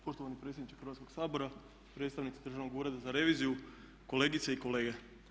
Poštovani predsjedniče Hrvatskoga sabora, predstavnici Državnog ureda za reviziju, kolegice i kolege.